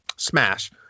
Smash